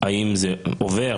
האם זה עובר,